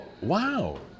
wow